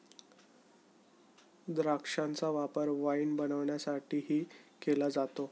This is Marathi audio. द्राक्षांचा वापर वाईन बनवण्यासाठीही केला जातो